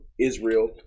Israel